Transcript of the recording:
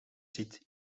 zit